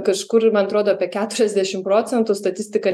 kažkur man atrodo apie keturiasdešimt procentų statistika